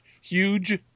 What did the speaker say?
huge